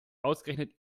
ausgerechnet